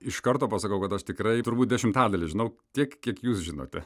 iš karto pasakau kad aš tikrai turbūt dešimtadalį žinau tiek kiek jūs žinote